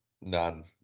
None